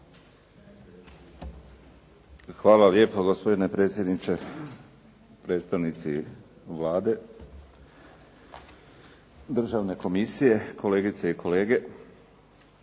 Hvala lijepo gospodine predsjedniče. Predstavnici Vlade, Državne komisije, kolegice i kolege.